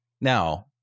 now